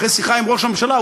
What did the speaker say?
אחרי שיחה עם ראש הממשלה,